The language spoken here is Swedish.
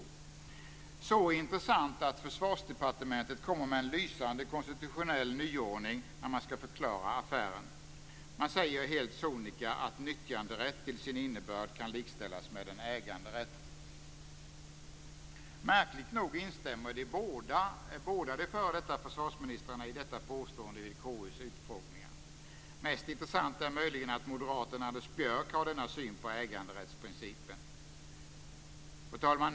Det är en så intressant konstruktion att Försvarsdepartementet kommer med en lysande konstitutionell nyordning när man skall förklara affären. Man säger helt sonika att nyttjanderätt till sin innebörd kan likställas med en äganderätt. Märkligt nog instämmer de båda f.d. försvarsministrarna i detta påstående vid KU:s utfrågningar. Mest intressant är möjligen att moderaten Anders Björck har denna syn på äganderättsprincipen. Fru talman!